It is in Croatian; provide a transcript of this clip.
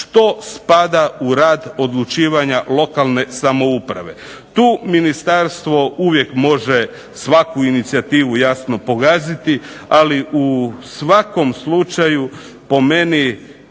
što spada u rad odlučivanja lokalne samouprave. Tu ministarstvo uvijek može svaku inicijativu jasno pokazati. Ali u svakom slučaju po meni